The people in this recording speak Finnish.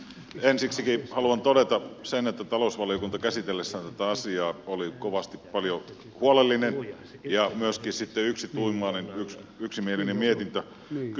ensiksikin haluan todeta sen että talousvaliokunta käsitellessään tätä asiaa oli kovasti paljon huolellinen ja myöskin sitten yksituumainen yksimielinen mietintö on kyseessä